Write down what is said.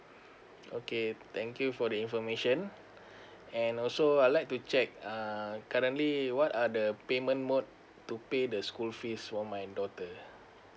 okay thank you for the information and also I like to check uh currently what are the payment mode to pay the school fees for my daughter